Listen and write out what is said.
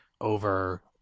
over